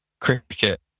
cricket